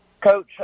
coach